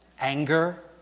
anger